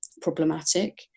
problematic